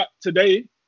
today